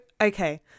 okay